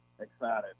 excited